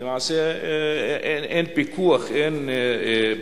אז למעשה אין פיקוח, אין בדיקה.